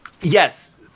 Yes